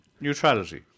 Neutrality